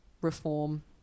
reform